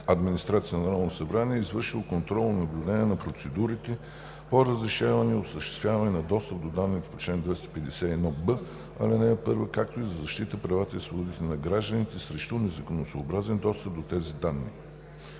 администрация на Народното събрание е извършило контрол и наблюдение на процедурите по разрешаване и осъществяване на достъп до данните по чл. 251б, ал. 1, както и за защита на правата и свободите на гражданите срещу незаконосъобразен достъп до тези данни.